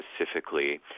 specifically